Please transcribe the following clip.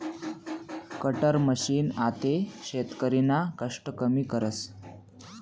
cutter machine आते शेतकरीना कष्ट कमी करस